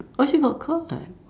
oh she got caught